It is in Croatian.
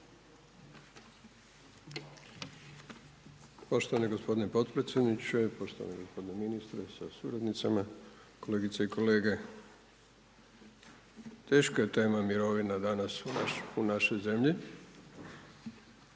Poštovani gospodine potpredsjedniče, poštovani gospodine ministre sa suradnicama, kolegice i kolege. Teška je tema mirovina danas u našoj zemlji